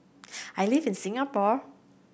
I live in Singapore